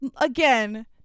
Again